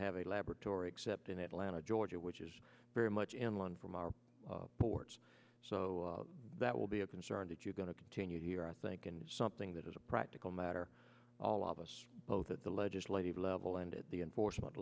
have a laboratory except in atlanta georgia which is very much in line from our ports so that will be a concern that you're going to continue here i think and it's something that as a practical matter all of us both at the legislative level and at the enforcement